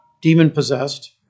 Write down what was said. demon-possessed